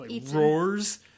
roars